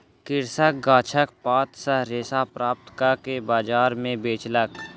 कृषक गाछक पात सॅ रेशा प्राप्त कअ के बजार में बेचलक